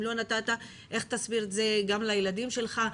אם לא נתת, איך תסביר את זה גם לילדים שלך?